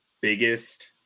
biggest